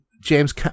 James